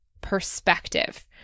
perspective